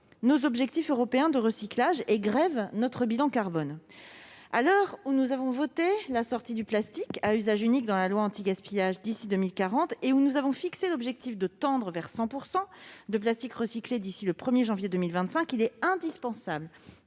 les objectifs européens de recyclage et grèvent notre bilan carbone. À l'heure où nous avons voté la sortie du plastique à usage unique dans la loi anti-gaspillage d'ici à 2040 et où nous avons fixé l'objectif de tendre vers 100 % de plastique recyclé d'ici au 1 janvier 2025, il est indispensable